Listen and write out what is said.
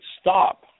stop